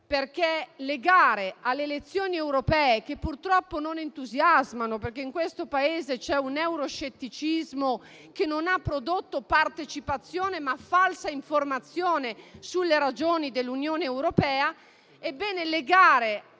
perché legare alle elezioni europee, che purtroppo non entusiasmano (perché in questo Paese c'è un euroscetticismo che non ha prodotto partecipazione ma falsa informazione sulle ragioni dell'Unione europea), anche la